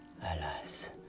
Alas